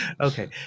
Okay